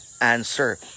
answer